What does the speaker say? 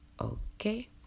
Okay